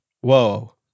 Whoa